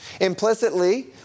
Implicitly